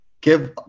give